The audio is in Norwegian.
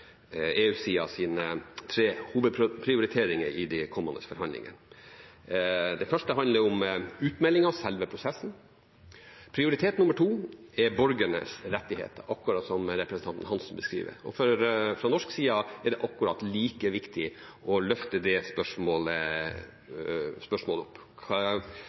tre hovedprioriteringer i de kommende forhandlingene. Den første handler om utmeldingen, selve prosessen, prioritet nummer to er borgernes rettigheter, akkurat som representanten Hansen beskriver. Fra norsk side er det akkurat like viktig å løfte det spørsmålet opp: